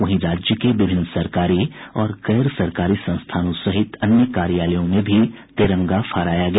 वहीं राज्य के विभिन्न सरकारी और गैर सरकारी संस्थानों सहित अन्य कार्यालयों में भी तिरंगा फहराया गया